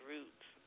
Roots